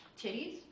Titties